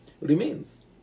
remains